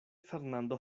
fernando